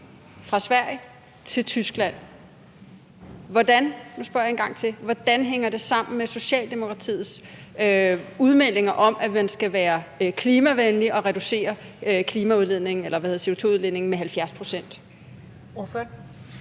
en gang til: Hvordan hænger det sammen med Socialdemokratiets udmeldinger om, at man skal være klimavenlig og reducere CO2-udledningen med 70 pct.?